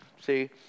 see